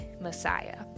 Messiah